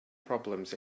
problems